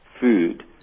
food